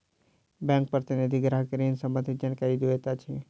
bank प्रतिनिधि ग्राहक के ऋण सम्बंधित जानकारी दैत अछि